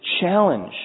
challenge